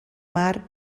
mar